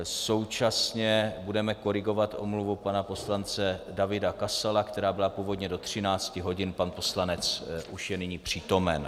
Současně budeme korigovat omluvu pana poslance Davida Kasala, která byla původně do 13 hodin, pan poslanec už je nyní přítomen.